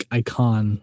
icon